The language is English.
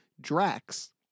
Drax